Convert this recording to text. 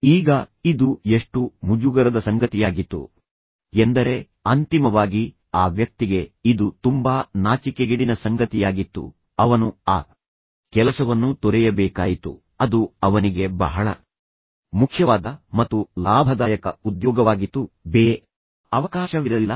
ಈಗ ಇದು ಎಷ್ಟು ಮುಜುಗರದ ಸಂಗತಿಯಾಗಿತ್ತು ಎಂದರೆ ಅಂತಿಮವಾಗಿ ಆ ವ್ಯಕ್ತಿಗೆ ಇದು ತುಂಬಾ ನಾಚಿಕೆಗೇಡಿನ ಸಂಗತಿಯಾಗಿತ್ತು ಅವನು ಆ ಕೆಲಸವನ್ನು ತೊರೆಯಬೇಕಾಯಿತು ಅದು ಅವನಿಗೆ ಬಹಳ ಮುಖ್ಯವಾದ ಮತ್ತು ಲಾಭದಾಯಕ ಉದ್ಯೋಗವಾಗಿತ್ತು ಬೇರೆ ಅವಕಾಶವಿರಲಿಲ್ಲ